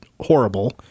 horrible